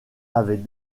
avait